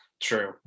True